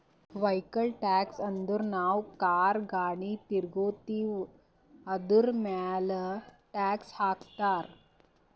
vehicle tax ಅಂದುರ್ ನಾವು car, ಗಾಡಿ ತಗೋತ್ತಿವ್ ಅದುರ್ಮ್ಯಾಲ್ ಟ್ಯಾಕ್ಸ್ ಹಾಕ್ತಾರ್